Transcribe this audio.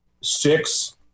Six